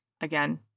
Again